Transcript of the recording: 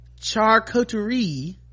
charcuterie